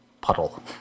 puddle